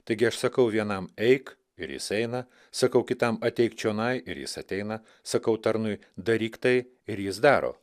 taigi aš sakau vienam eik ir jis eina sakau kitam ateik čionai ir jis ateina sakau tarnui daryk tai ir jis daro